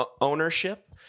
ownership